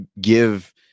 give